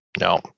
No